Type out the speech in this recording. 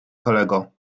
kolego